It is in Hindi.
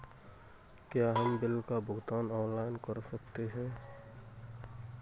क्या हम बिल का भुगतान ऑनलाइन कर सकते हैं?